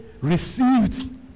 received